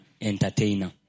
entertainer